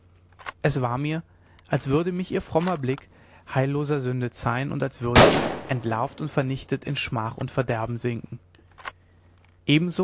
es war mir als würde mich ihr frommer blick heilloser sünde zeihen und als würde ich entlarvt und vernichtet in schmach und verderben sinken ebenso